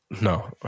No